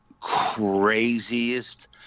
craziest